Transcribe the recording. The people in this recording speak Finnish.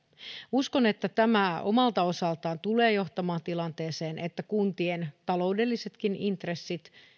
uskon että tämä omalta osaltaan tulee johtamaan tilanteeseen että kuntien taloudellisetkin intressit